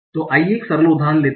तो आइए एक सरल उदाहरण लेते हैं